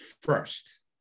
first